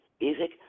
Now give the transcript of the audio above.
Music